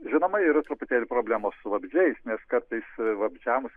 žinoma yra truputėlį problemos su vabzdžiais nes kartais vabzdžiams